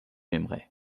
aimerais